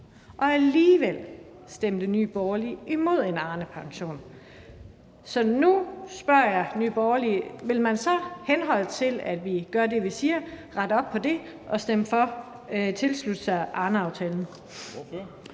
og alligevel stemte Nye Borgerlige imod en Arnepension. Så nu spørger jeg Nye Borgerlige: Vil man så, henholdt til at man gør det, man siger, rette op på det og tilslutte sig Arneaftalen?